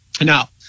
now